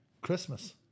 christmas